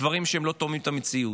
דברים שלא תואמים את המציאות.